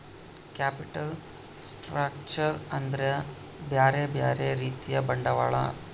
capital structure ಅಂದ್ರ ಬ್ಯೆರೆ ಬ್ಯೆರೆ ರೀತಿಯ ಬಂಡವಾಳ